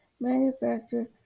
manufacturer